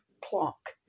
clock